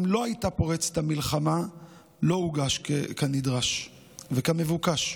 לא הייתה פורצת המלחמה לא הוגש כנדרש וכמבוקש.